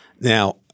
Now